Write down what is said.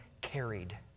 carried